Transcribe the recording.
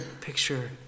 picture